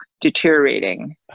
deteriorating